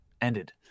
ended